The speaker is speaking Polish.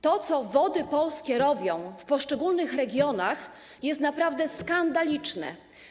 To, co Wody Polskie robią w poszczególnych regionach, jest naprawdę skandaliczne.